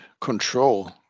control